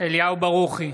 אליהו ברוכי,